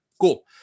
Cool